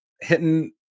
hitting